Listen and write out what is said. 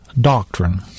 doctrine